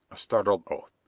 a startled oath.